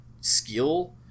skill